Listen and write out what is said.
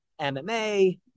MMA